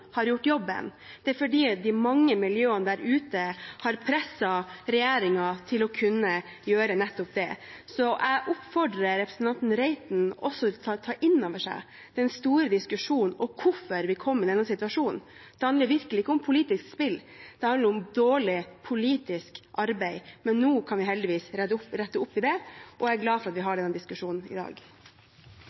har gjort jobben, og at mange av miljøene der ute har presset regjeringen til å kunne gjøre nettopp det. Så jeg oppfordrer representanten Reiten også til å ta inn over seg den store diskusjonen om hvorfor vi er kommet i denne situasjonen. Det handler virkelig ikke om politisk spill, det handler om dårlig politisk arbeid. Men nå kan vi heldigvis rette opp i det, og jeg er glad for at vi har denne diskusjonen i dag.